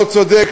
לא צודק,